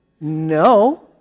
No